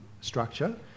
structure